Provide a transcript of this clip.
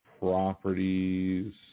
Properties